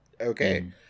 okay